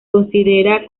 considera